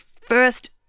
first